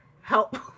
help